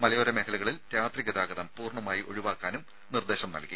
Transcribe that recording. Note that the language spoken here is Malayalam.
മലയോര മേഖലകളിൽ രാത്രി ഗതാഗതം പൂർണ്ണമായി ഒഴിവാക്കാനും നിർദ്ദേശം നൽകി